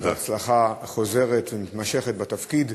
הצלחה חוזרת ומתמשכת בתפקיד.